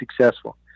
successful